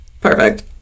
perfect